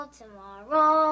tomorrow